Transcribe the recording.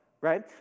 Right